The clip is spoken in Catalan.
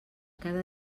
cada